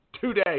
today